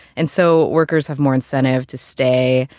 and so workers have more incentive to stay,